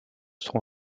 son